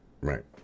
Right